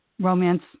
romance